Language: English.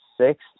six